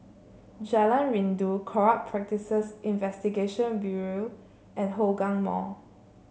Jalan Rindu Corrupt Practices Investigation Bureau and Hougang Mall